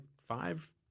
five